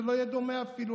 זה לא יהיה דומה אפילו.